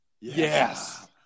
Yes